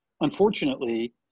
unfortunately